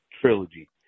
trilogy